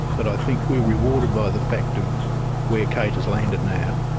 but i think we're rewarded by the fact of where kate has landed now,